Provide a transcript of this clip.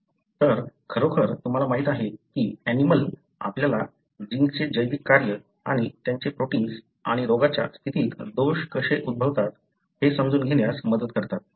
तर खरोखर तुम्हाला माहित आहे की ऍनिमलं आपल्याला जीन्सचे जैविक कार्य आणि त्यांचे प्रोटिन्स आणि रोगाच्या स्थितीत दोष कसे उद्भवतात हे समजून घेण्यास मदत करतात